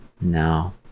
No